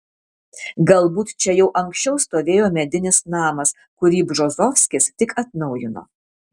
galbūt čia jau anksčiau stovėjo medinis namas kurį bžozovskis tik atnaujino